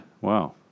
Wow